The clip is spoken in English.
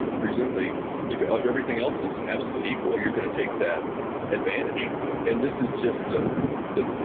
ah presumably if if everything else is absolutely equal, you're going to take that advantage and this is just ah the,